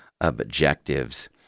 objectives